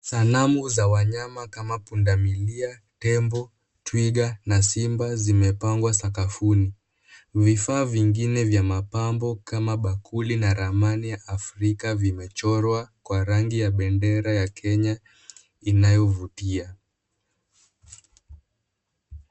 Sanamu za wanyama kama pundamilia, tembo, twiga na simba zimepangwa sakafuni, vifaa vingine vya mapambo kama bakuli na ramani ya Afrika zimechorwa kwa rangi ya bendera ya Kenya inayovutia.